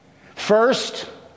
First